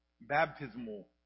baptismal